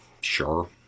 Sure